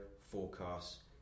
forecasts